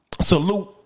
Salute